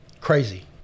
Crazy